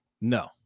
No